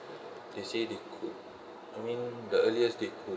they say they could I mean the earliest they could